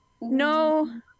No